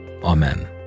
Amen